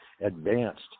advanced